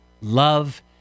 Love